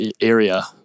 area